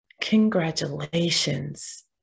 congratulations